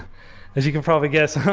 as you can probably guess,